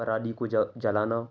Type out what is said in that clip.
پرالی کو جلانا